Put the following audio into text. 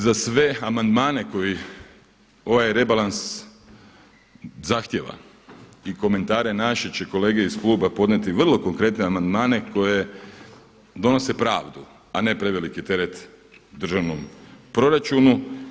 Za sve amandmane koji ovaj rebalans zahtijeva i komentare naše će kolege iz kluba podnijeti vrlo konkretne amandmane koje donose pravdu, a ne preveliki teret državnom proračunu.